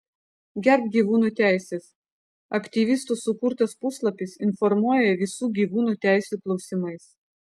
gerbk gyvūnų teises aktyvistų sukurtas puslapis informuoja visų gyvūnų teisių klausimais